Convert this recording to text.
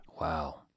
Wow